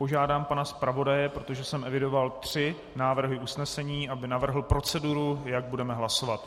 Požádám pana zpravodaje, protože jsem evidoval tři návrhy usnesení, aby navrhl proceduru, jak budeme hlasovat.